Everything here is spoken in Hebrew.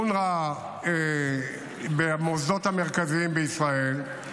אונר"א במוסדות המרכזיים בישראל,